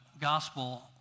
gospel